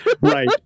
Right